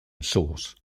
source